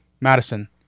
Madison